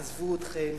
עזבו אתכם,